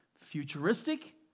futuristic